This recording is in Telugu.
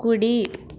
కుడి